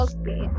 Okay